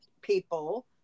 people